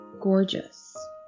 gorgeous